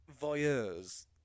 Voyeur's